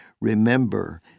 Remember